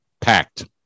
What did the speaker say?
packed